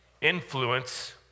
Influence